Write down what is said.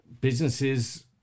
businesses